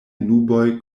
nuboj